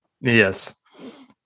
Yes